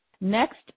Next